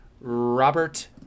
Robert